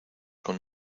con